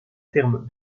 terme